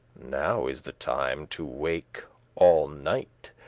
now is the time to wake all night,